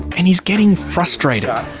and he's getting frustrated. um